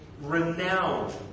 renowned